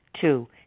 Two